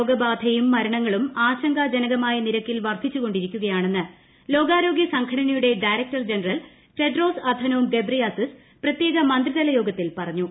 രോഗബാധയും മരണങ്ങളും ആശങ്കാജനകമായ നിരക്കിൽ വർദ്ധിച്ച് കൊണ്ടിരിക്കുകയാണെന്ന് ലോകാരോഗൃ സംഘടനയുടെ director general Tedros Adhanom Ghebreyesus പ്രത്യേക മന്ത്രിതല യോഗത്തിൽ പറഞ്ഞു